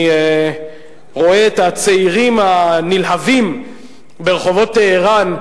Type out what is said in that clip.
אני רואה את הצעירים הנלהבים ברחובות טהרן,